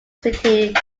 city